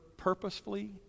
purposefully